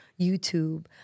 YouTube